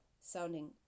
sounding